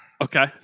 Okay